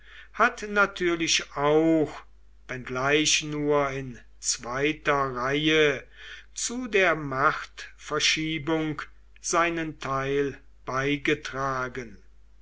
hat natürlich auch wenngleich nur in zweiter reihe zu der machtverschiebung seinen teil beigetragen